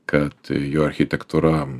kad jo architektūra